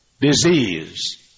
disease